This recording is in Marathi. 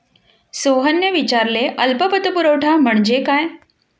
सोहनने विचारले अल्प पतपुरवठा म्हणजे काय?